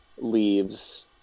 leaves